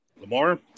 Lamar